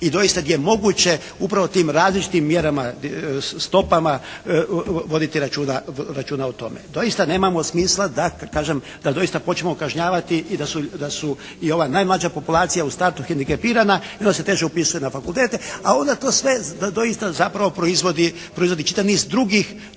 i doista je moguće upravo tim različitim mjerama, stopama voditi računa o tome. Doista nemamo smisla da kažem da doista počnemo kažnjavati i da su i ova najmlađa populacija u startu hendikepirana i onda se teže upisuju na fakultete, a onda to sve doista zapravo proizvodi čitav niz drugih